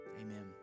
Amen